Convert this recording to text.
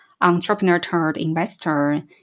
entrepreneur-turned-investor